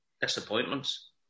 disappointments